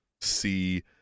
see